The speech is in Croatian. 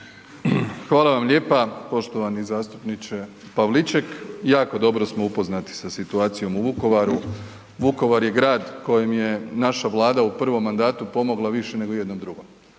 Hvala vam lijepa poštovani zastupniče Pavliček. Jako dobro smo upoznati sa situacijom u Vukovaru, Vukovar je grad kojim je naša Vlada u prvom mandatu pomogla više nego u jednom drugom.